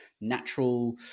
natural